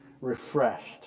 refreshed